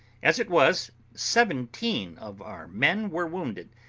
as it was, seventeen of our men were wounded,